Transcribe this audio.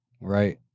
right